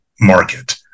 market